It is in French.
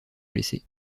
blessé